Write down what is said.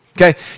Okay